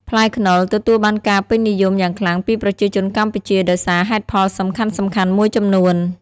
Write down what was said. ផ្លែខ្នុរទទួលបានការពេញនិយមយ៉ាងខ្លាំងពីប្រជាជនកម្ពុជាដោយសារហេតុផលសំខាន់ៗមួយចំនួន